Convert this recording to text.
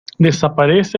desaparece